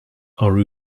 are